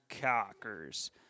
cockers